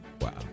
wow